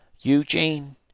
Eugene